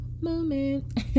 moment